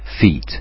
Feet